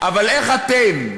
אבל איך אתם,